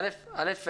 עופר,